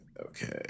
Okay